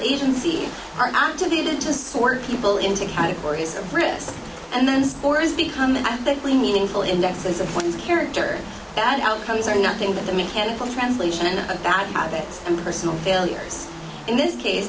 agency are activated to sport people in two categories of risk and then spores become ethically meaningful indexes of one's character bad outcomes are nothing but the mechanical translation of bad habits and personal failures in this case